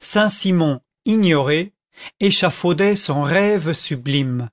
saint-simon ignoré échafaudait son rêve sublime